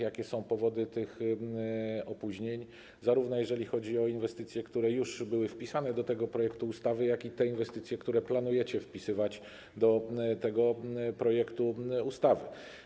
Jakie są powody tych opóźnień, zarówno jeżeli chodzi o inwestycje, które były wpisane do tego projektu ustawy, jak i te inwestycje, które planujecie wpisywać do tego projektu ustawy?